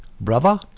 Brother